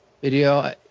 Video